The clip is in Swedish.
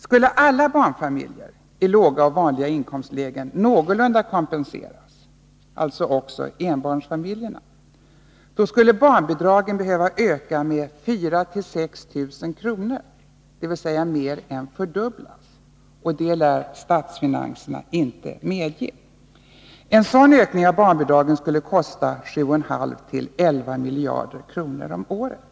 Skulle alla barnfamiljer i låga och vanliga inkomstlägen någorlunda kompenseras — alltså också enbarnsfamiljerna — skulle barnbidragen behöva öka med 4 000-6 000 kr., dvs. mer än fördubblas, och det lär statsfinanserna inte medge. En sådan ökning av barnbidragen skulle kosta 7,5 till 11 miljarder kronor om året.